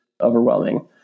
overwhelming